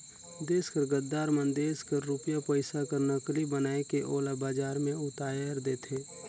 देस कर गद्दार मन देस कर रूपिया पइसा कर नकली बनाए के ओला बजार में उताएर देथे